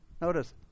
Notice